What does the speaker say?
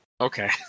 Okay